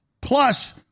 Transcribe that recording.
Plus